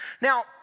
Now